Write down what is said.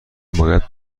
باید